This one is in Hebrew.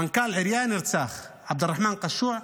מנכ"ל עירייה נרצח, עבד אלרחמן קשוע,